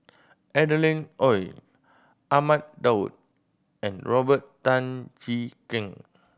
Adeline Ooi Ahmad Daud and Robert Tan Jee Keng